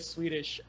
Swedish